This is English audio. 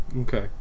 Okay